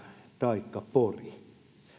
taikka